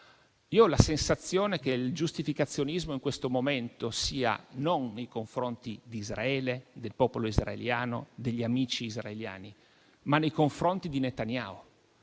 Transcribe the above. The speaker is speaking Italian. ho la sensazione che il giustificazionismo in questo momento sia nei confronti non di Israele, del popolo israeliano, degli amici israeliani, ma di Netanyahu.